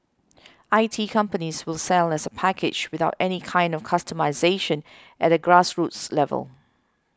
I T companies will sell as a package without any kind of customisation at a grassroots level